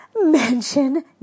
mansion